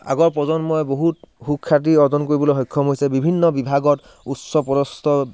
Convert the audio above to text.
আগৰ প্ৰজন্মই বহুত সুখ্যাতি অৰ্জন কৰিবলৈ সক্ষম হৈছে বিভিন্ন বিভগত উচ্চপদস্থ